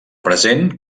present